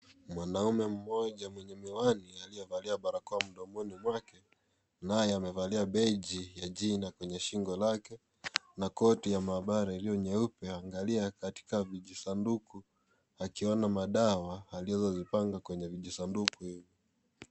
Mwanamume mmoja mwenye miwani aliyevalia barakoa mdomoni pake ambaye amevalia beji ya jina shingoni mwake na koti ya mabara ya rangi nyeupe akiwa ameangalia vijisanduku vyenye dawa.